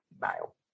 male